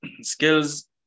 skills